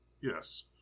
yes